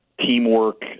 teamwork